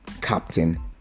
captain